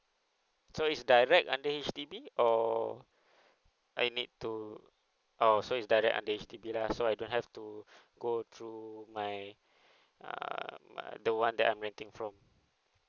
so is direct under H_D_B or I need to oh so is direct under H_D_B lah so I don't have to go through my err my the one that I'm renting from